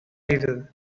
evil